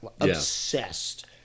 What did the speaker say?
obsessed